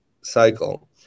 cycle